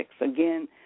Again